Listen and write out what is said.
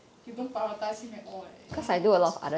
you don't prioritize him at all eh you know